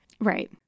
Right